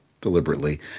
deliberately